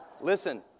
listen